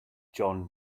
jon